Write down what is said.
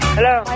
Hello